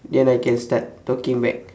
then I can start talking back